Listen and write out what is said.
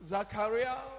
Zachariah